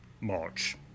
March